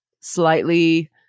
slightly